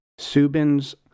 Subin's